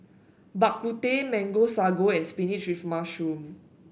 Bak Kut Teh Mango Sago and spinach with mushroom